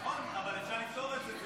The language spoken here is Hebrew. נכון, אבל אפשר לפתור את זה.